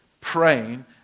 praying